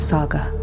Saga